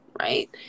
right